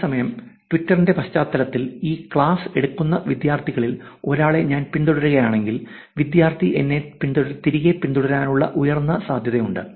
അതേസമയം ട്വിറ്ററിന്റെ പശ്ചാത്തലത്തിൽ ഈ ക്ലാസ് എടുക്കുന്ന വിദ്യാർത്ഥികളിൽ ഒരാളെ ഞാൻ പിന്തുടരുകയാണെങ്കിൽ വിദ്യാർത്ഥി എന്നെ തിരികെ പിന്തുടരാനുള്ള ഉയർന്ന സാധ്യതയുണ്ട്